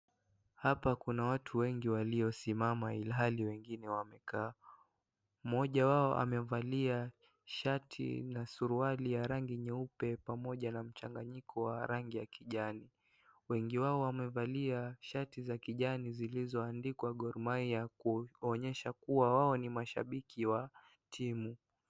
Hapa kuna watu wengi waliosimama ilhali wengine wamekaa. Mmoja wao amevalia shati na suruali ya rangi nyeupe pamoja na mchanganyiko wa rangi ya kijani. wengi wao wamevalia shati za kijani zilizoandikwa gormahia ikionyesha kuwa hao ni mashabiki wa timu.